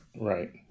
Right